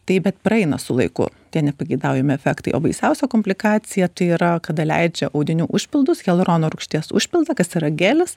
taip bet praeina su laiku tie nepageidaujami efektai o baisiausia komplikacija tai yra kada leidžia audinių užpildus hialurono rūgšties užpildą kas yra gelis